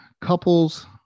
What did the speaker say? couples